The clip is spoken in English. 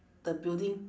the building